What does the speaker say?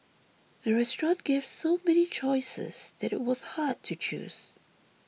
the restaurant gave so many choices that it was hard to choose